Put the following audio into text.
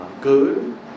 good